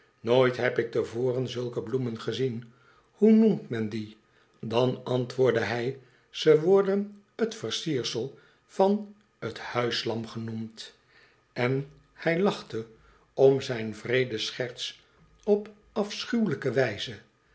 nooit heb ik te voren zulke bloemen gezien hoe noemt men die dan antwoordde hij ze worden t versiersel van t huislam genoemd en hij lachte om zijn wreede scherts op afschuwelijke wijze